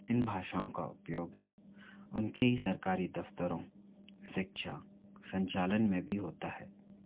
इन भाषाओं का उपयोग उनके ही सरकारी दफ़्तरों शिक्षा संचालन में भी होता है